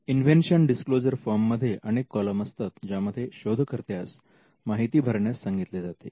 invention disclosure form मध्ये अनेक column असतात ज्यामध्ये शोधकर्त्यास माहिती भरण्यास सांगितले जाते